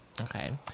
Okay